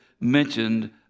mentioned